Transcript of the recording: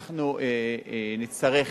אנחנו נצטרך